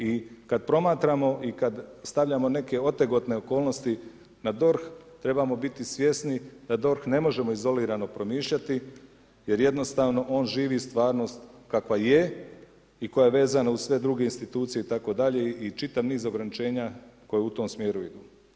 I kad promatramo i kad stavljamo neke otegotne okolnosti na DORH, trebamo biti svjesni da DORH ne možemo izolirani promišljati jer jednostavno on živi stvarnost kakva je i koja je vezana uz sve druge institucije itd. i čitav niz ograničenja koja u tom smjeru idu.